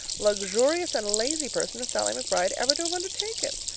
luxurious, and lazy person as sallie mcbride ever to have undertaken.